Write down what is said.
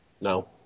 No